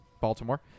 baltimore